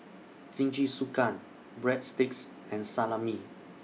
Jingisukan Breadsticks and Salami